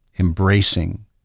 embracing